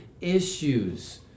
issues